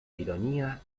ironía